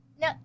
No